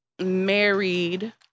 married